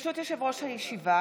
חברי הכנסת,